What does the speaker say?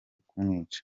kumwica